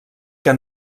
que